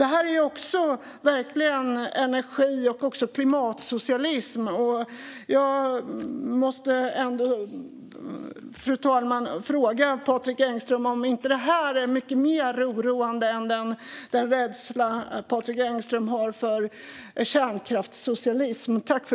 Det här är verkligen energi och också klimatsocialism. Fru talman! Jag måste fråga Patrik Engström om inte det här är mycket mer oroande än den kärnkraftssocialism som Patrik Engström känner rädsla för.